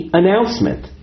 announcement